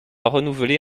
renouvelé